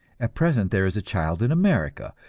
at present there is a child in america,